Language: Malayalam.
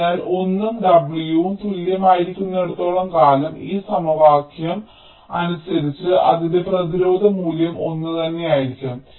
അതിനാൽ l ഉം w ഉം തുല്യമായിരിക്കുന്നിടത്തോളം കാലം ഈ സമവാക്യം അനുസരിച്ച് അതിന്റെ പ്രതിരോധ മൂല്യം ഒന്നുതന്നെയായിരിക്കും